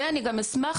ואני גם אשמח,